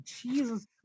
jesus